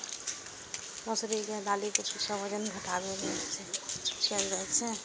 मौसरी के दालिक उपयोग वजन घटाबै लेल सेहो कैल जाइ छै